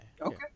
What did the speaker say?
Okay